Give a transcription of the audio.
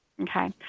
okay